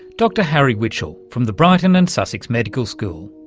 dr harry witchel from the brighton and sussex medical school.